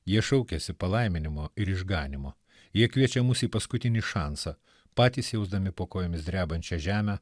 jie šaukiasi palaiminimo ir išganymo jie kviečia mus į paskutinį šansą patys jausdami po kojomis drebančią žemę